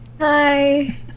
Hi